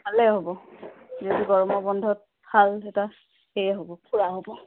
ভালে হ'ব যদি গৰমৰ বন্ধত ভাল এটা সেয়ে হ'ব ফুৰা হ'ব